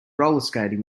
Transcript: rollerskating